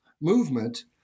movement